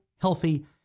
healthy